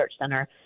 Center